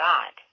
God